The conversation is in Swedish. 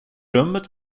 rummet